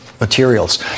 materials